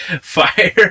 fire